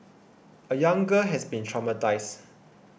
a young girl has been traumatised